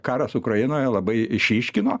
karas ukrainoje labai išryškino